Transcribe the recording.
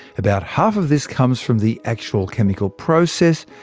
about half of this comes from the actual chemical process,